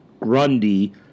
Grundy